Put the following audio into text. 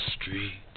street